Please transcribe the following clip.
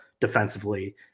defensively